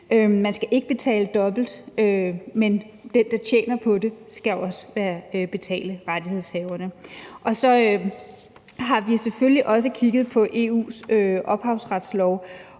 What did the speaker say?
Man skal ikke betale dobbelt, men den, der tjener på det, skal også betale rettighedshaverne. Og så har vi selvfølgelig også kigget på EU's ophavsretslov,